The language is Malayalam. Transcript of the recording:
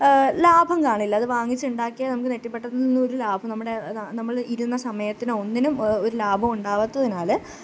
ലാഭം കാണില്ല അത് വാങ്ങിച്ചുണ്ടാക്കിയ നമുക്ക് നെറ്റിപ്പട്ടത്തുനിന്ന് ഒരു ലാഭം നമ്മുടെ നമ്മൾ ഇരുന്ന സമയത്തിനോ ഒന്നിനും ഒരു ലാഭവുമുണ്ടാവാത്തതിനാൽ